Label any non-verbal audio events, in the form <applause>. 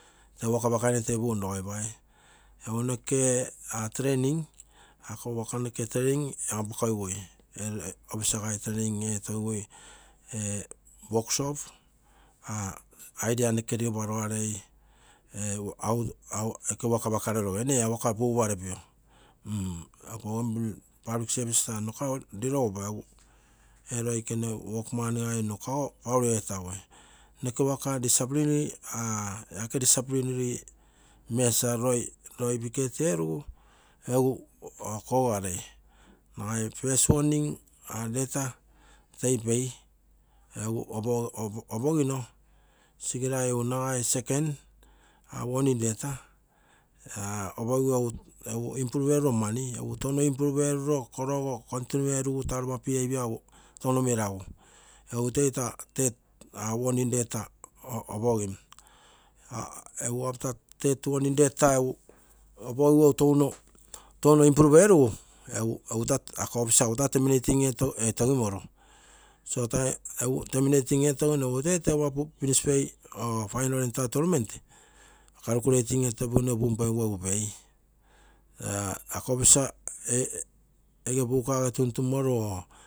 Tee waka apakaroi tee pumm rogoipai. Egu noke <hesitation> training, akogo tee noke taim an apakogigui, officer gai training etogigui. Egu <hesitation> workshop, <hesitation> idea noke rilogupa rogarei, <hesitation> iko work apakareroge. work pugupa repio. <hesitation> iago bougainville public service taa nno kuago rilogupa, egu ee roikene work man gai nno kuago full etagui. Noke work <hesitation> aike dicipline; loi bikhet erugu egu kogogarei nagai first warning <hesitation> letter toi pei, egu opogino sigirai egu nagai second <hesitation> warning letter <hesitation> toi pei egu improve eruro mani touno improve erurogo egu continue erugu taa behavior tono meragu to taa <hesitation> warning letter opogim <hesitation> egu third warning letter opogigu egu touno improve erugu ako officer ege taa terminating etogimoru terminating etogino egu tee finish pay, <hesitation> final entitlement calculating etogino opogigu egu pei. <hesitation> Ako officer <hesitation> ege bukage tuntumoru or